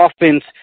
offense